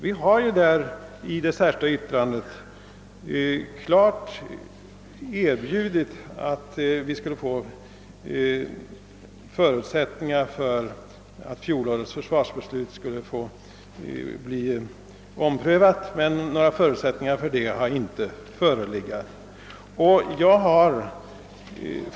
I det särskilda yttrandet framhålles det klart, att fjolårets försvarsbeslut bör omprövas men att förutsättningar härför inte förelegat tidigare.